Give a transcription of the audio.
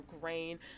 grain